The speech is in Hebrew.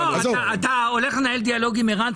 אתה הולך לנהל דיאלוג עם ערן?